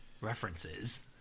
References